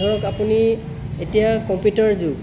ধৰক আপুনি এতিয়া কম্পিউটাৰৰ যুগ